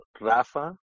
Rafa